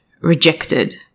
rejected